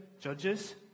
Judges